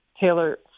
Taylor